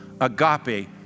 agape